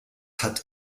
hat